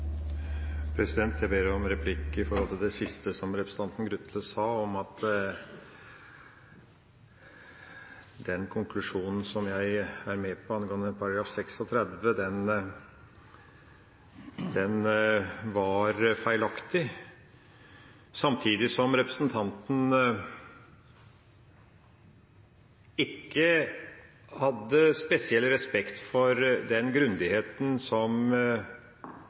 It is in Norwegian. det siste som representanten Skutle sa om at den konklusjonen som jeg er med på angående § 36, var feilaktig. Samtidig hadde representanten ikke spesiell respekt for den grundigheten som